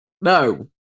No